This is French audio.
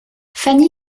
fanny